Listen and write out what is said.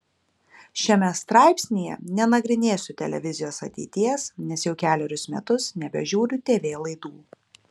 šiame straipsnyje nenagrinėsiu televizijos ateities nes jau kelerius metus nebežiūriu tv laidų